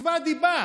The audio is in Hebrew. תתבע דיבה.